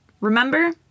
remember